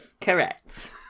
Correct